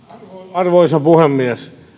arvoisa puhemies